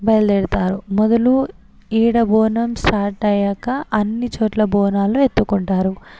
బయలుదేరుతారు మొదలు ఇక్కడ బోనం స్టార్ట్ అయ్యాక అన్నిచోట్ల బోనాలు ఎత్తుకుంటారు